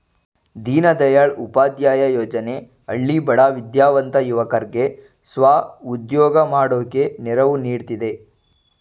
ದೀನದಯಾಳ್ ಉಪಾಧ್ಯಾಯ ಯೋಜನೆ ಹಳ್ಳಿ ಬಡ ವಿದ್ಯಾವಂತ ಯುವಕರ್ಗೆ ಸ್ವ ಉದ್ಯೋಗ ಮಾಡೋಕೆ ನೆರವು ನೀಡ್ತಿದೆ